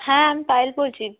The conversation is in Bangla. হ্যাঁ আমি পায়েল বলছি